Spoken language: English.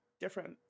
different